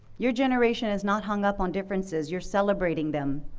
your generation is not hung up on differences, you're celebrating them.